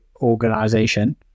organization